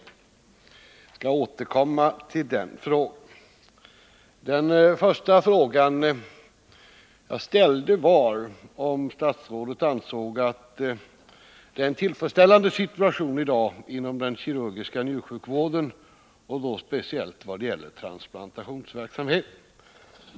Jag skall återkomma till den frågan. Den första fråga som jag ställde var om statsrådet ansåg att det är en tillfredsställande situation i dag inom den kirurgiska njursjukvården, och då speciellt vad gäller transplantationsverksamheten.